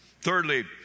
Thirdly